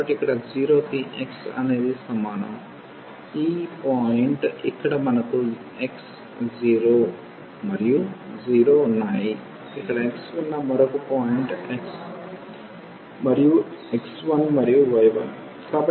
కాబట్టి ఇక్కడ 0 కి x అనేది సమానం ఈ పాయింట్ ఇక్కడ మనకు x 0 మరియు 0 ఉన్నాయి ఇక్కడ x ఉన్న మరొక పాయింట్ x మరియు x 1 మరియు y 1